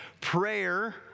prayer